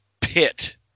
pit